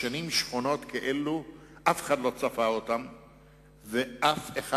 שנים שחונות כאלה אף אחד לא צפה ואף אחד